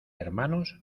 hermanos